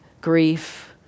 grief